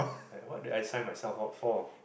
like what did I sign myself up for